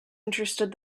interested